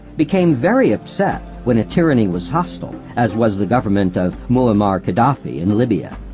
became very upset when a tyranny was hostile, as was the government of muammar khadafi in libya.